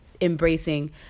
embracing